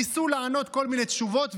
ניסו לענות כל מיני תשובות,